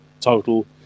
total